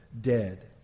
dead